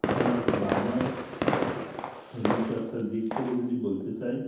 আপনার বা আমার শরীরচর্চার দিক থেকে যদি বলতে চাই